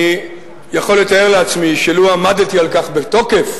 אני יכול לתאר לעצמי שלו עמדתי על כך בתוקף,